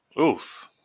Oof